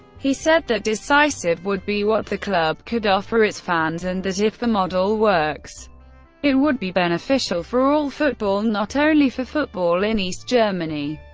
he said that decisive would be what the club could offer its fans, and that if the model works it would be beneficial for all football, not only for football in east germany.